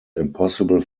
impossible